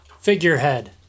Figurehead